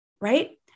right